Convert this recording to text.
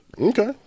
Okay